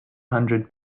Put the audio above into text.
hundred